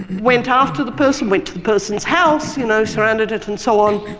went after the person, went to the person's house, you know surrounded it and so on.